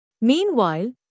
Meanwhile